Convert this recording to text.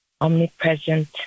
omnipresent